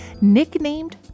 nicknamed